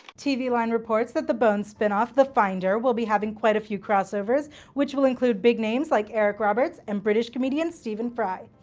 tv line reports that the bones spin-off, the finder, will be having quite a few crossovers which will include big names like eric roberts and british comedian, stephen fry.